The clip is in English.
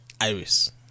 Iris